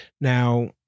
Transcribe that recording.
Now